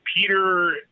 Peter